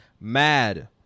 Mad